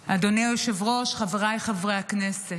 היושב-ראש, חבריי חברי הכנסת,